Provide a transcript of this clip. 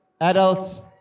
adults